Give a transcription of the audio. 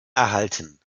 erhalten